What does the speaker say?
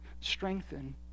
strengthen